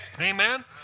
Amen